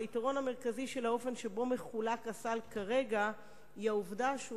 היתרון המרכזי של האופן שבו מחולק הסל כרגע הוא העובדה שהוא